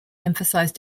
emphasize